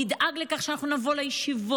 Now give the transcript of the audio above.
נדאג לכך שאנחנו נבוא לישיבות,